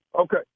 Okay